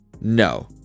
No